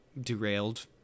derailed